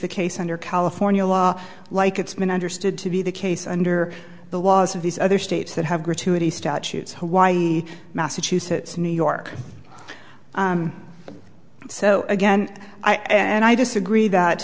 the case under california law like it's been understood to be the case under the laws of these other states that have gratuity statutes hawaii massachusetts new york so again i and i disagree